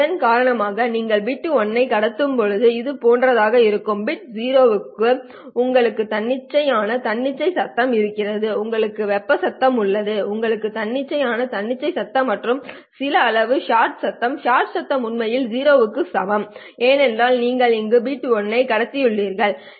இதன் காரணமாக நீங்கள் பிட் 1 ஐ கடத்தும் போது இதுபோன்றதாக இருக்கலாம் பிட் 0 க்கு உங்களுக்கு தன்னிச்சையான தன்னிச்சையான சத்தம் இருக்கிறது உங்களுக்கு வெப்ப சத்தம் உள்ளது உங்களுக்கு தன்னிச்சையான தன்னிச்சையான சத்தம் மற்றும் சில அளவு ஷாட் சத்தம் ஷாட் சத்தம் உண்மையில் 0 க்கு சமம் ஏனென்றால் நீங்கள் இங்கே பிட் 0 ஐ கடத்தியுள்ளீர்கள் சரி